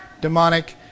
demonic